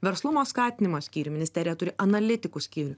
verslumo skatinimo skyrių ministerija turi analitikų skyrių